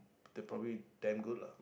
they probably damn good lah